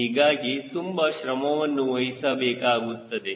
ಹೀಗಾಗಿ ತುಂಬಾ ಶ್ರಮವನ್ನು ವಹಿಸಬೇಕಾಗುತ್ತದೆ